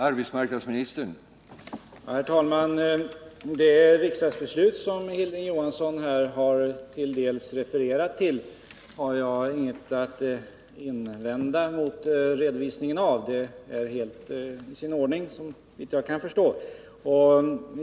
Herr talman! Jag har ingenting att invända mot Hilding Johanssons redovisning av delar av riksdagsbeslutet om varven. Den är helt i sin ordning, såvitt jag kan förstå.